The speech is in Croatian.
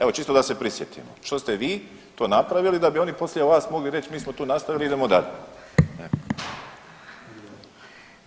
Evo čisto da se prisjetimo što ste vi to napravili da bi oni poslije vas mogli reć mi smo tu nastavili, idemo dalje, ne.